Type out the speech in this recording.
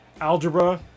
algebra